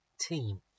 team